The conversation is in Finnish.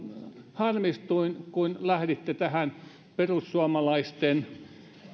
harmistuin kun lähditte tähän perussuomalaisten